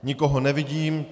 Nikoho nevidím.